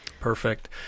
Perfect